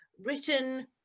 Written